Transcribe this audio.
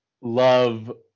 love